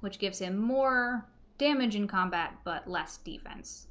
which gives him more damage in combat but less defense